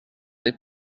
des